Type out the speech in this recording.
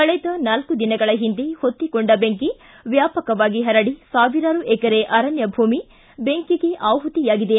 ಕಳೆದ ನಾಲ್ಕು ದಿನಗಳ ಹಿಂದೆ ಹೊತ್ತಿ ಕೊಂಡ ಬೆಂಕಿ ವ್ಯಾಪಕವಾಗಿ ಹರಡಿ ಸಾವಿರಾರು ಎಕರೆ ಅರಣ್ಯ ಭೂಮಿ ಬೆಂಕಿಗೆ ಆಹುತಿಯಾಗಿದೆ